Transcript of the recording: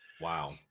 Wow